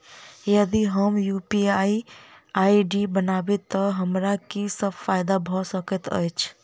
यदि हम UPI ID बनाबै तऽ हमरा की सब फायदा भऽ सकैत अछि?